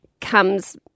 comes